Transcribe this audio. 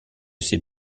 ces